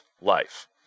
life